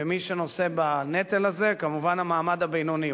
ומי שנושא בנטל הזה הוא כמובן המעמד הבינוני.